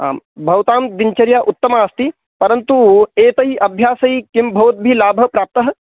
आं भवतां दिनचर्या उत्तमा अस्ति परन्तु एतैः अभ्यासै किः भवद्भिः लाभः प्राप्तः